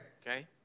Okay